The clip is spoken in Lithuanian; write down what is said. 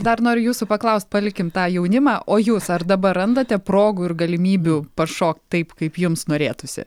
dar noriu jūsų paklaust palikim tą jaunimą o jūs ar dabar randate progų ir galimybių pašokt taip kaip jums norėtųsi